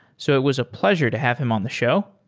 so it was a pleasure to have him on the show.